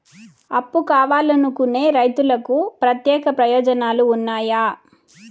అప్పు కావాలనుకునే రైతులకు ప్రత్యేక ప్రయోజనాలు ఉన్నాయా?